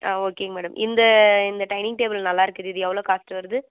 ஆ ஓகேங்க மேடம் இந்த இந்த டைனிங் டேபிள் நல்லா இருக்குது இது எவ்வளோ காஸ்ட் வருது